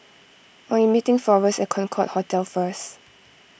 I'm meeting forrest at Concorde Hotel first